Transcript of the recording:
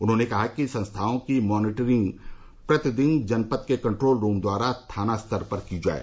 उन्होंने कहा कि संस्थाओं की मॉनिटरिंग प्रतिदिन जनपद के कंट्रोल रूम द्वारा थाना स्तर पर की जाये